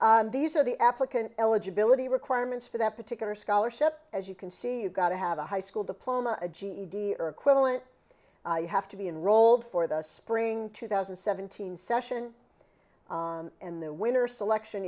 that these are the applicant eligibility requirements for that particular scholarship as you can see the gotta have a high school diploma a ged or equivalent have to be unrolled for the spring two thousand and seventeen session and the winner selection